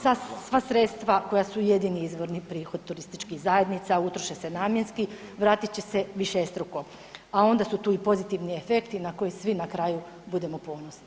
Sva sredstva koja su jedini izvorni prihod turističkih zajednica utroše se namjenski, vratit će se višestruko, a onda su tu i pozitivni efekti na koje svi na kraju budemo ponosni.